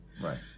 Right